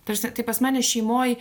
ta prasme tai pas mane šeimoj